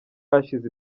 hashize